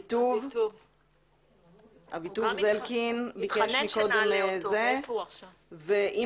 העובדים החסרים בבתי אבות הוא 8,00. הוא לא 6,000 והוא לא 2,000. המספר,